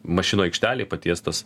mašinų aikštelėj patiestas